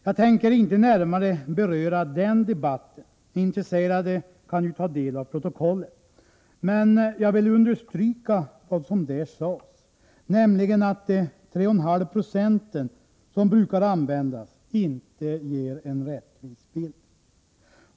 Jag tänker inte närmare beröra den debatten. Intresserade kan ju ta del av protokollet. Men jag vill understryka vad som där sades, nämligen att det procenttal, 3,5 26, som brukar användas inte ger en rättvis bild.